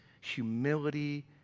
humility